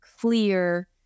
clear